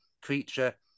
creature